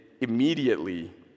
immediately